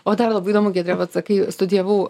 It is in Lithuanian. o dar labai įdomu giedre vat sakai studijavau